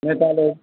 नेता लोग